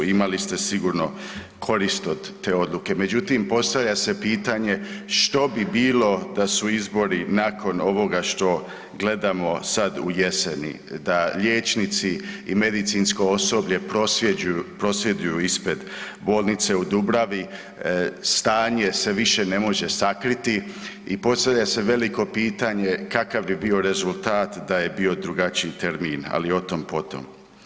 Imali ste sigurno korist od te odluke, međutim, postavlja se pitanje što bi bilo da su izbori nakon ovoga što gledamo sad u jeseni, da liječnici i medicinsko osoblje prosvjeduju ispred bolnice u Dubravi, stanje se više ne može sakriti i postavlja se veliko pitanje kakav bi bio rezultat da je bio drugačiji termin, ali o tom potom.